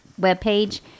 webpage